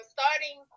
Starting